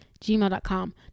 gmail.com